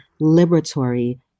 liberatory